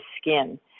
skin